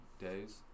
days